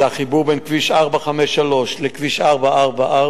זה החיבור בין כביש 453 לכביש 444,